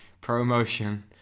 ProMotion